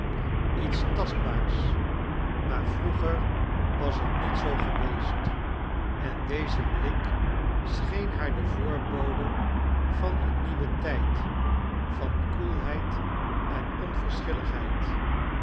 iets tastbaars maar vroeger was het niet zoo geweest en deze blik scheen haar de voorbode van een nieuwen tijd van koelheid en onverschilligheid